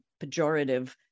pejorative